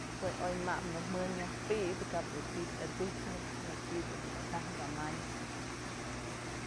Jue oy mabë në ko'o jën myaj pi'isëp kap dun ti'i yat'sipnëp, në ti'i dun ka taj ka manyëp.